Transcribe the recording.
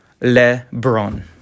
LeBron